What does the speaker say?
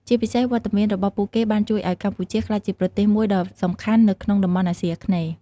ជាពិសេស វត្តមានរបស់ពួកគេបានជួយឱ្យកម្ពុជាក្លាយជាប្រទេសមួយដ៏សំខាន់នៅក្នុងតំបន់អាស៊ីអាគ្នេយ៍។